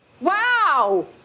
Wow